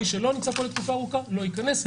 מי שלא נמצא פה לתקופה ארוכה לא ייכנס.